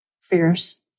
fierce